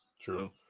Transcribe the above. true